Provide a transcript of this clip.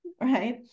right